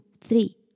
three